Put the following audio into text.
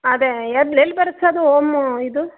ಅದೇ ಎಲ್ಲಿ ಎಲ್ಲಿ ಬರುತ್ತೆ ಸರ್ ಅದು ಹೋಮು ಇದು